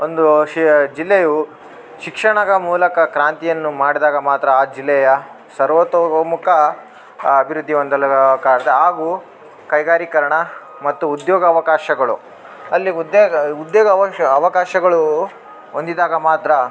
ಒಂದು ಶಿ ಜಿಲ್ಲೆಯು ಶಿಕ್ಷಣದ ಮೂಲಕ ಕ್ರಾಂತಿಯನ್ನು ಮಾಡಿದಾಗ ಮಾತ್ರ ಆ ಜಿಲ್ಲೆಯ ಸರ್ವತೋಮುಖ ಅಭಿವೃದ್ದಿ ಹೊಂದಲು ಕಾಗ್ದೆ ಹಾಗೂ ಕೈಗಾರೀಕರಣ ಮತ್ತು ಉದ್ಯೋಗ ಅವಕಾಶಗಳು ಅಲ್ಲಿ ಉದ್ಯೋಗ ಉದ್ಯೋಗ ಅವಶ ಅವಕಾಶಗಳು ಹೊಂದಿದಾಗ ಮಾತ್ರ